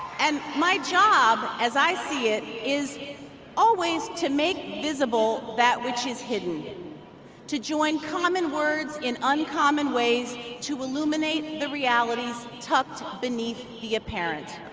and my job, as i see it, is always to make visible that which is hidden to join common words in uncommon ways to illuminate the realities tucked beneath the apparent.